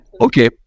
Okay